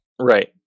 right